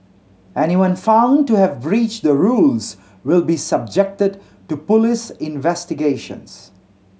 anyone found to have breached the rules will be subjected to police investigations